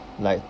like